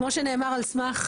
כמו שנאמר על סמך,